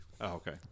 Okay